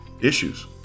issues